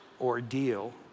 ordeal